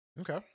Okay